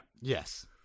Yes